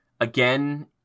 again